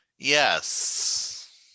Yes